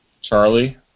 Charlie